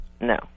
No